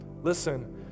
Listen